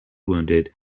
wounded